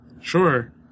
Sure